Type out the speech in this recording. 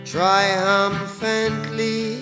Triumphantly